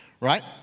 right